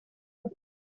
ans